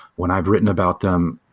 when i've written about them,